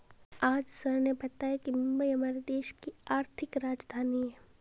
आज सर ने बताया कि मुंबई हमारे देश की आर्थिक राजधानी है